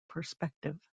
perspective